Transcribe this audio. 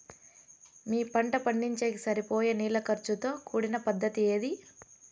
మీ పంట పండించేకి సరిపోయే నీళ్ల ఖర్చు తో కూడిన పద్ధతి ఏది?